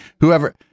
whoever